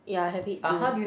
yeah I have it too